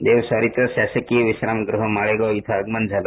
देवस्वारीचं शासकीय विश्रामगृह माळेगाव इथ आगमन झालं